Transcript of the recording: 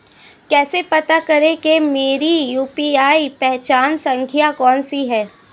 कैसे पता करें कि मेरी यू.पी.आई पहचान संख्या कौनसी है?